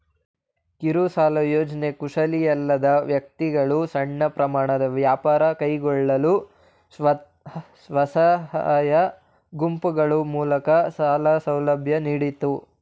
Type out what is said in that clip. ಕಿರುಸಾಲ ಯೋಜ್ನೆ ಕುಶಲಿಯಲ್ಲದ ವ್ಯಕ್ತಿಗಳು ಸಣ್ಣ ಪ್ರಮಾಣ ವ್ಯಾಪಾರ ಕೈಗೊಳ್ಳಲು ಸ್ವಸಹಾಯ ಗುಂಪುಗಳು ಮೂಲಕ ಸಾಲ ಸೌಲಭ್ಯ ನೀಡುತ್ತೆ